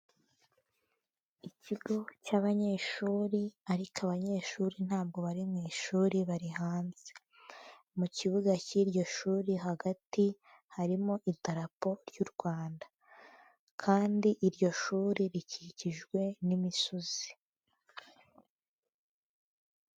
Ikigo cy'abanyeshuri, ariko abanyeshuri ntabwo bari mu ishuri bari hanze. Mu kibuga cy'iryo shuri hagati harimo idarapo ry'u Rwanda, kandi iryo shuri rikikijwe n'imisozi.